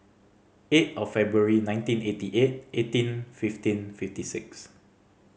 eight of February nineteen eighty eight eighteen fifteen fifty six